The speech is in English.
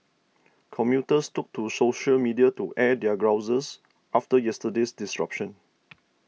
commuters took to social media to air their grouses after yesterday's disruption